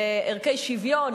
בערכי שוויון,